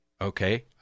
Okay